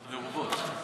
אמרת מרובות.